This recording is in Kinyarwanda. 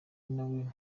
nawe